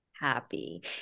happy